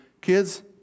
Kids